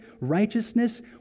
righteousness